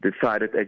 decided